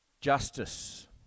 justice